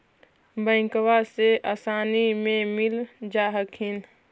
बैंकबा से आसानी मे मिल जा हखिन?